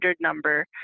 number